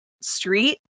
street